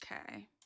Okay